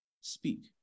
Speak